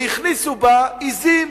והכניסו בה עזים: